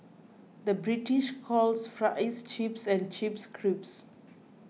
the British calls Fries Chips and Chips Crisps